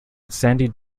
sandy